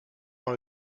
dans